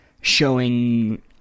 showing